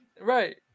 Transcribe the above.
Right